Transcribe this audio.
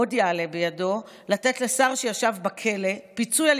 עוד יעלה בידו לתת לשר שישב בכלא פיצוי על